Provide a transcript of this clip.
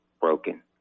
broken